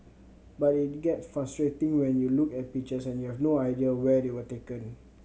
but it get frustrating when you look at pictures and you have no idea where they were taken